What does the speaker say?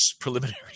preliminary